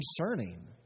concerning